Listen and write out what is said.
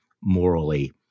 morally